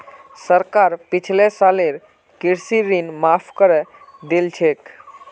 सरकार पिछले सालेर कृषि ऋण माफ़ करे दिल छेक